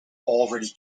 already